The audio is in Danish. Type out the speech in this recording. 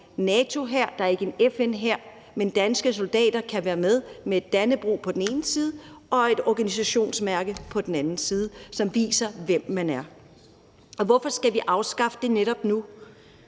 NATO-hær, og der er ikke en FN-hær, men danske soldater kan være med med et Dannebrog på den ene side og et organisationsmærke på den anden side, som viser, hvem man er. Og hvorfor skal vi afskaffe det netop nu?